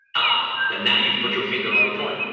ah and now you've put your finger on the point.